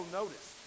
notice